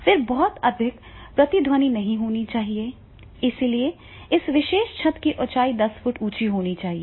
फिर बहुत अधिक प्रतिध्वनि नहीं होनी चाहिए इसलिए इस विशेष छत की ऊंचाई 10 फुट ऊंची होनी चाहिए